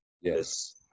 Yes